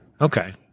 Okay